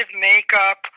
makeup